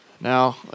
Now